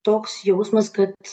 toks jausmas kad